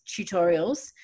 tutorials